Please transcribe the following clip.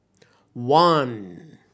one